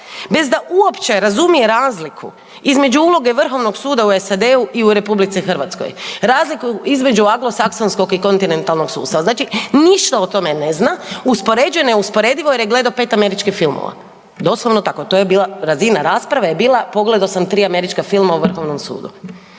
bez da uopće razumije razlike između uloge Vrhovnog suda u SAD-u i RH, razliku između anglosaksonskog i kontinentalnog sustava, znači ništa o tome ne zna, uspoređuje neusporedivo jer je gledao 5 američkih filmova. Doslovno tako, to je bila razina rasprave je bila, pogledao sam 3 američka filma o Vrhovnom sudu.